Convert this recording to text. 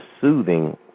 soothing